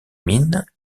mines